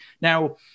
Now